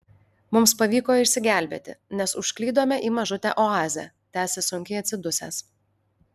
mums pavyko išsigelbėti nes užklydome į mažutę oazę tęsia sunkiai atsidusęs